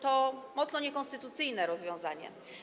To mocno niekonstytucyjne rozwiązanie.